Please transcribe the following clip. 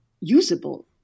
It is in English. usable